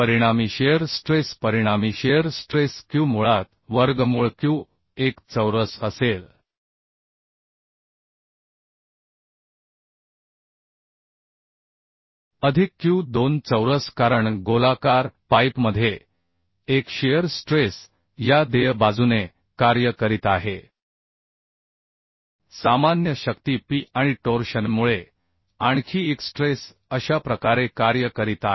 परिणामी shear stress परिणामी shear stress q मुळात वर्गमूळ q1 चौरस असेलअधिक q2 चौरस कारण गोलाकार पाईपमध्ये एक शिअर स्ट्रेस या देय बाजूने कार्य करीत आहे सामान्य शक्ती P आणि टोर्शनमुळे आणखी एक स्ट्रेस अशा प्रकारे कार्य करीत आहे